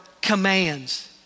commands